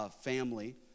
family